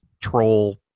troll